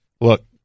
Look